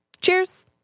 Cheers